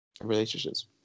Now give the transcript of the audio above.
Relationships